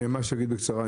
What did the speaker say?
אני ממש אגיד בקצרה,